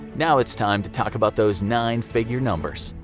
now it's time to talk about those nine figure numbers.